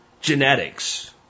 Genetics